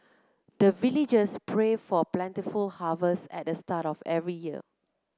the villagers pray for plentiful harvest at the start of every year